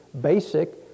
basic